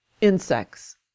insects